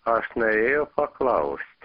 aš norėjau paklaust